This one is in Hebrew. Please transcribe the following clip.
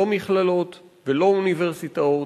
לא מכללות ולא אוניברסיטאות.